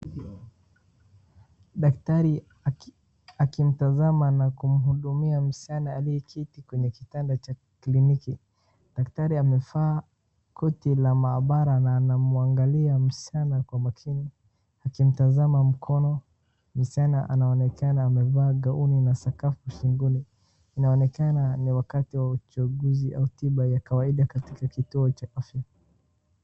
Daktari akimtazama na kumhudumia msichana aliyeketi kwenye kitanda cha kliniki. Daktari amevaa koti la mahabara anamwangalia msichana kwa makini akimtazama mkono. Msichana anaonekana amevaa gaoni na sakafu shingoni inaonekana ni wakati wa uchanguzi au tiba ya kawaida katika kituo cha afya.